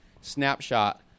snapshot